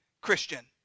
Christian